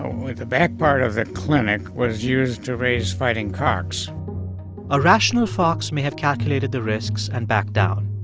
with the back part of that clinic was used to raise fighting cocks a rational fox may have calculated the risks and backed down,